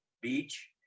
Beach